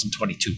2022